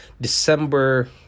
december